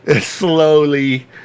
slowly